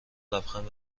لبخند